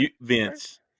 Vince